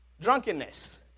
drunkenness